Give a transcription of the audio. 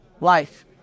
life